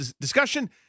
discussion